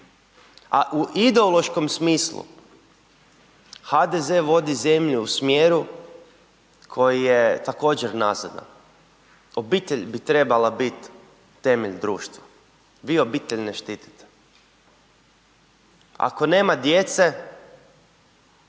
A u ideološkom smislu HDZ vodi zemlju u smjeru koji je također nazadan, obitelj bi trebala bit temelj društva, vi obitelj ne štitite, ako nema djece